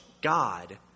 God